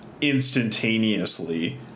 instantaneously